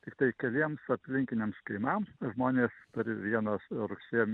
tiktai keliems aplinkiniams kaimams žmonės turi vieną rugsėjo